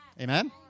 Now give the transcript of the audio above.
Amen